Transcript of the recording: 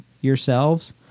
yourselves